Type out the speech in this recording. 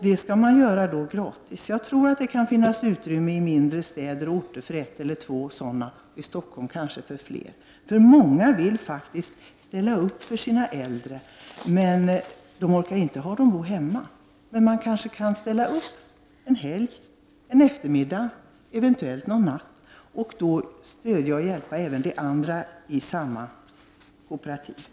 Det skall man göra gratis. Jag tror att det kan finnas utrymme på mindre orter för ett eller två sådana, i Stockholm kanske för fler. Många vill faktiskt ställa upp för sina äldre men de orkar inte ha dessa hemma. De kan ställa upp en helg, en eftermiddag, eventuellt en natt och stödja och hjälpa andra i samma kooperativ.